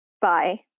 Bye